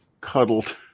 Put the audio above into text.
cuddled